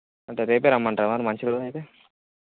అంటే రేపు రమ్మంటావా మంచి రోజు అయితే